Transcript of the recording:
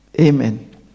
Amen